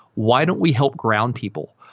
why don't we help ground people?